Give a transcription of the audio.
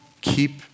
Keep